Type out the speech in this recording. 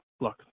look